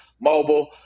mobile